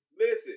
Listen